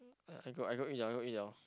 yeah I go I go eat [liao] go eat [liao]